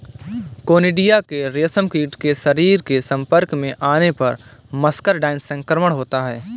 conidia के रेशमकीट के शरीर के संपर्क में आने पर मस्करडाइन संक्रमण होता है